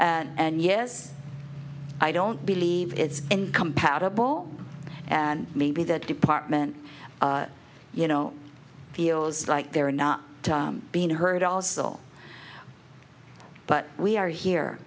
and yes i don't believe it's incompatible and maybe the department you know feels like they're not being heard also but we are here